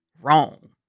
wrong